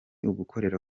ugukorera